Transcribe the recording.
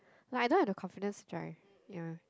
but I don't have a confidence drive